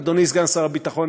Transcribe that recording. אדוני סגן שר הביטחון,